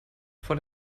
vor